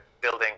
building